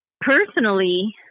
personally